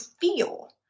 feel